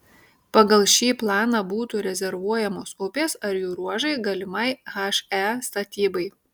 pagal šį planą būtų rezervuojamos upės ar jų ruožai galimai he statybai